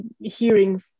hearing